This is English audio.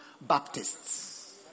Baptists